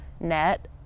net